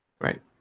Right